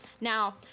Now